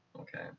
Okay